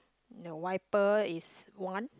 the wiper is one